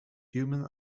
human